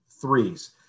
threes